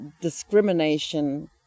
discrimination